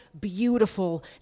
beautiful